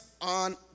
on